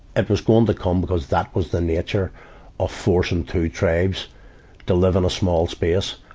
and was going to come because that was the nature of forcing two tribes to live in a small space,